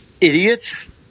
idiots